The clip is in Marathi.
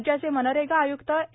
राज्याचे मनरेगा आयुक्त ए